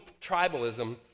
tribalism